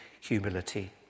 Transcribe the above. humility